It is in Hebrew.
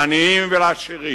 לעניים ולעשירים,